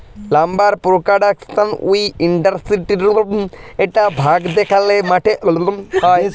lumber production wood ইন্ডাসটিরির একট ভাগ যেখালে কাঠের চাষ হয়